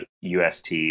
ust